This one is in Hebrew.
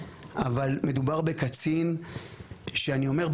אבל מדובר בקצין שאני אומר,